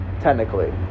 Technically